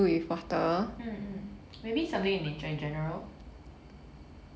mm mm maybe something with nature in general